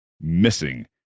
missing